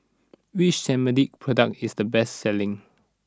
which Cetrimide product is the best selling